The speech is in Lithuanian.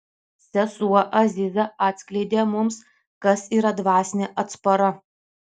sesuo aziza atskleidė mums kas yra dvasinė atspara